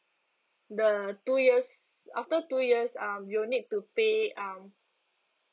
the two years after two years um you'll need to pay um